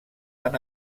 van